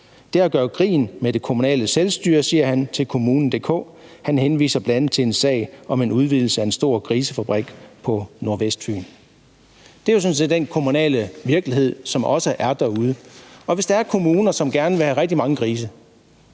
Det er at gøre grin med det kommunale selvstyre, siger han til Kommunen.dk«. Han henviser bl.a. til en sag om en udvidelse af en stor grisefabrik på Nordvestfyn. Det er jo sådan set den kommunale virkelighed, som også er derude, og hvis der er kommuner, som gerne vil have rigtig mange grise,